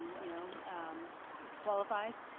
you know qualifies,